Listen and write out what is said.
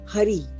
Hurry